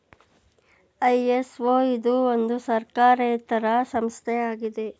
ISO ಇದು ಒಂದು ಸರ್ಕಾರೇತರ ಸಂಸ್ಥೆ ಆಗಿದೆ